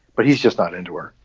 but he's just not into her.